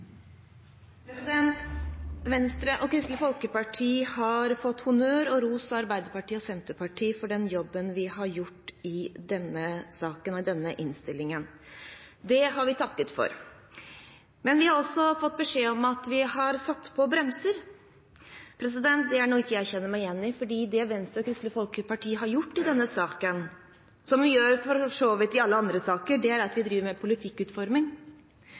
Venstre og Kristelig Folkeparti har fått honnør og ros av Arbeiderpartiet og Senterpartiet for den jobben vi har gjort i denne saken og i denne innstillingen. Det har vi takket for. Men vi har også fått beskjed om at vi har satt på bremsene. Det er noe jeg ikke kjenner meg igjen i. Det Venstre og Kristelig Folkeparti har gjort i denne saken – som vi for så vidt gjør i alle saker – er å drive med politikkutforming.